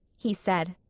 he said.